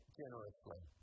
generously